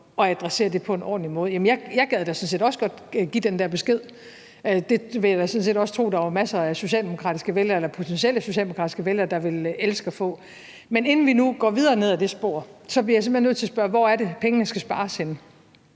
at adressere det på en ordentlig måde. Jeg gad da sådan set også godt give den der besked. Den vil jeg da sådan set også tro der var masser af potentielle socialdemokratiske vælgere der ville elske at få. Men inden vi nu går videre ned ad det spor, bliver jeg simpelt hen nødt til at spørge: Hvor er det, pengene skal spares henne?